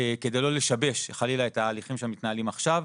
כדי לא לשבש חלילה את ההליכים שמתנהלים עכשיו.